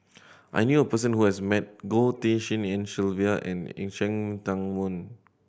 I knew a person who has met Goh Tshin En Sylvia and Cheng Tsang Man